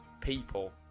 people